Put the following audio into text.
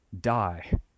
die